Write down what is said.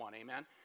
amen